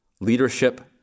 leadership